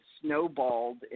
snowballed